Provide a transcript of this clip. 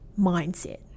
mindset